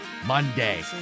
monday